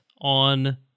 on